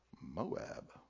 Moab